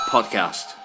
Podcast